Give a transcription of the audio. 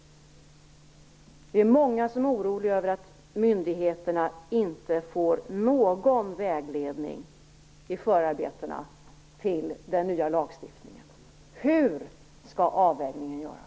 Vi är många som är oroliga över att myndigheterna inte får någon vägledning i förarbetena till den nya lagstiftningen. Hur skall avvägningen göras?